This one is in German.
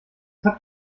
habt